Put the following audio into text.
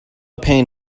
pain